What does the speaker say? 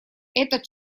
этот